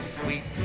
sweet